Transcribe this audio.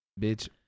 Bitch